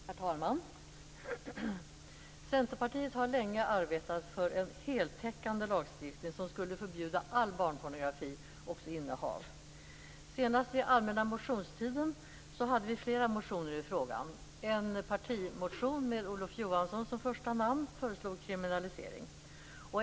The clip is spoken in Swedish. Herr talman! Centerpartiet har länge arbetat för en heltäckande lagstiftning som skulle förbjuda all barnpornografi, också innehav. Senast i den allmänna motionstiden hade vi flera motioner i frågan. En partimotion med Olof Johansson som första namn föreslog kriminalisering.